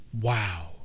Wow